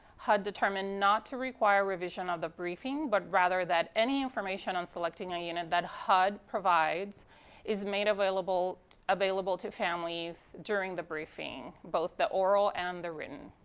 hud determined not to require revision of the briefing but rather that any information on selecting a unit that hud provides is made available available to families during the briefing, both the oral and the written.